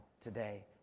today